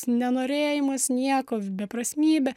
nenorėjimas nieko beprasmybė